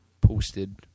posted